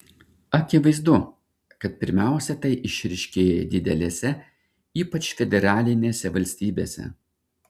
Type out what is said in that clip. akivaizdu kad pirmiausia tai išryškėja didelėse ypač federalinėse valstybėse